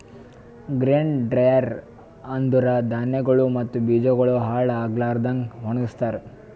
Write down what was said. grain dryer ಅಂದುರ್ ಧಾನ್ಯಗೊಳ್ ಮತ್ತ ಬೀಜಗೊಳ್ ಹಾಳ್ ಆಗ್ಲಾರದಂಗ್ ಒಣಗಸ್ತಾರ್